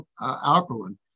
alkaline